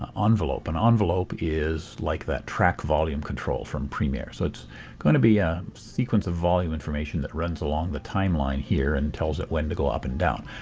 um envelope. an envelope is like that track volume control from premier. so it's going to be a sequence of volume information that runs along the timeline here and tells it when to go up and down.